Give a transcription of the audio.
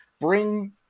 bring